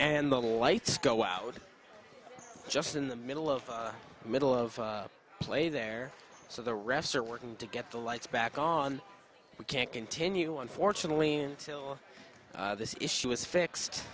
and the lights go out just in the middle of middle of play there so the refs are working to get the lights back on we can't continue unfortunately until this issue is fixed